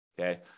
okay